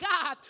God